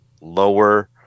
lower